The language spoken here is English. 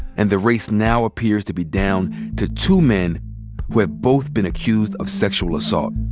and the race now appears to be down to two men who have both been accused of sexual assault.